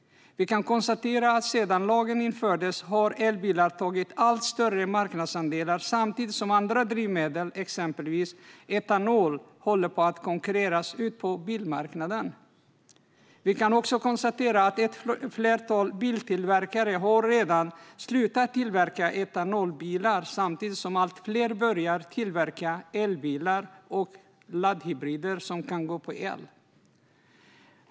Sedan lagen infördes har elbilar tagit allt fler marknadsandelar. Samtidigt håller bilar som drivs av andra drivmedel, exempelvis etanol, på att konkurreras ut på bilmarknaden. Ett flertal biltillverkare har redan slutat tillverka etanolbilar samtidigt som allt fler börjar tillverka elbilar och laddhybrider som kan gå på el.